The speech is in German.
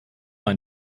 ein